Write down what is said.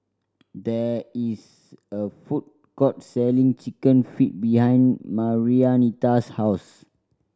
there is a food court selling Chicken Feet behind Marianita's house